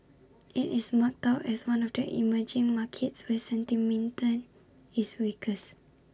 IT is marked out as one of the emerging markets where sentiment is weakest